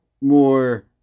more